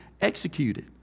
executed